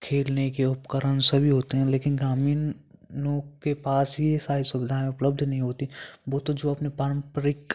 खेलने के उपकरण सभी होते हैं लेकिन ग्रामीणों के पास यह सारी सुविधाएँ उपलब्ध नहीं होती वह तो जो अपने पारंपरिक